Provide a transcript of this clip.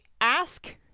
ask